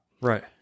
right